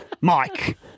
Mike